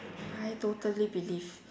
I totally believe